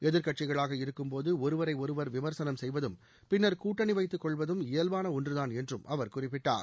எதிர்க்கட்சிகளாக இருக்கும் போது ஒருவரை ஒருவர் விமர்சனம் செய்வதம் பின்னர் கூட்டணி வைத்துக் கொள்வதும் இயல்பான ஒன்றுதான் என்றும் அவர் குறிப்பிட்டார்